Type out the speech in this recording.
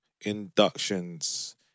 inductions